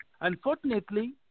unfortunately